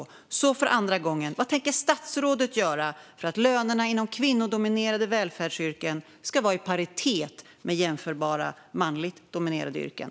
Jag frågar för andra gången: Vad tänker statsrådet göra för att lönerna inom kvinnodominerade välfärdsyrken ska vara i paritet med jämförbara manligt dominerade yrken?